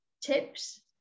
tips